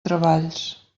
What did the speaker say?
treballs